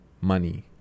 money